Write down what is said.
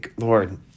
Lord